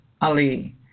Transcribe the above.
Ali